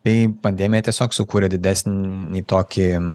tai pandemija tiesiog sukūrėa didesnį tokį